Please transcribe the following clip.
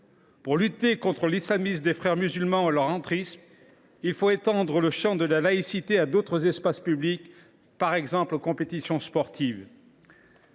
pour lutter contre l’islamisme des Frères musulmans et leur entrisme, il fallait étendre le champ de la laïcité à d’autres espaces publics, par exemple aux compétitions sportives.